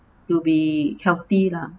to be healthy lah